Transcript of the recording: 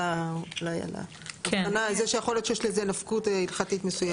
על זה שיכול להיות שיש לזה נפקות הלכתית מסוימת.